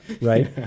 right